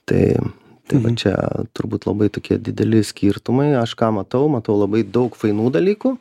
tai tai va čia turbūt labai tokie dideli skirtumai aš ką matau matau labai daug fainų dalykų